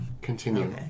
Continue